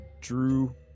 Drew